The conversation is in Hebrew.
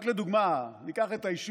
רק לדוגמה, ניקח את היישוב